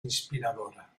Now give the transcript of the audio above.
inspiradora